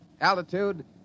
Altitude